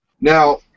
Now